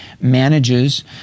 manages